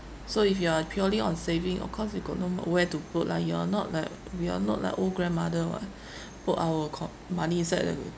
so if you are purely on saving of course you got no nowhere to put lah you are not like we are not like old grandmother [what] put our co~ money inside the